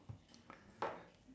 okay done